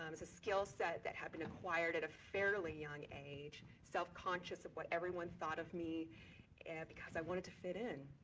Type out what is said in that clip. um so skill set that had been acquired at a fairly young age, self conscious of what everyone thought of me because i wanted to fit in.